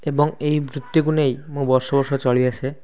ଏବଂ ଏହି ବୃତ୍ତିକୁ ନେଇ ମୁଁ ବର୍ଷ ବର୍ଷ ଚଳି ଆସେ